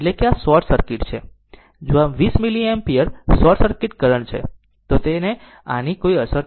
જો આ 20 milliampere short circuit current છે તો તેની આની કોઈ અસર નથી